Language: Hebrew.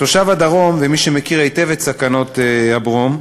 כתושב הדרום, וכמי שמכיר היטב את סכנות הברום,